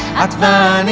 hatikvah,